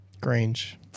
Grange